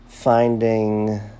Finding